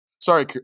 Sorry